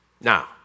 Now